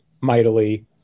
mightily